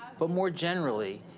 but more generally,